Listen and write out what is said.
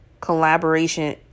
collaboration